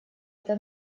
это